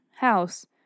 house